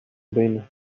bin